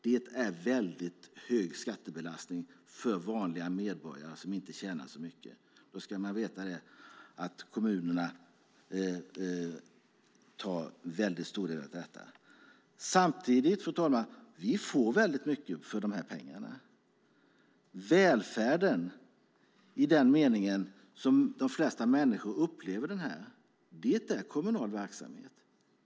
Det är väldigt hög skattebelastning för vanliga medborgare som inte tjänar så mycket. Då ska man veta att kommunerna tar en väldigt stor del av det. Samtidigt, fru talman, får vi väldigt mycket för de pengarna. Välfärden, i den mening som de flesta människor upplever den, är kommunal verksamhet.